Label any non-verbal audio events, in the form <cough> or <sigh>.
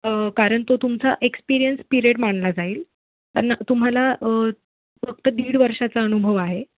कारण तो तुमचा एक्सपिरियन्स पिरेड मानला जाईल <unintelligible> तुम्हाला फक्त दीड वर्षाचा अनुभव आहे